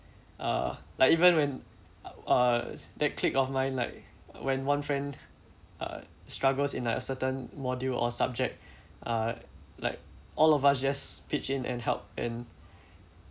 uh like even when uh that clique of mine like when one friend uh struggles in like a certain module or subject uh like all of us just pitch in and help and